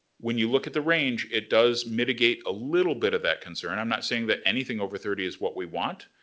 when you look at the range, it does mitigate a little bit of that concern. i'm not saying that anything over thirty is what we want,